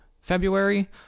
February